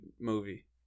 movie